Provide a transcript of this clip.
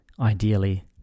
ideally